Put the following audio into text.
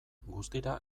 guztira